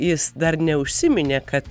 jis dar neužsiminė kad